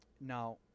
now